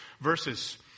verses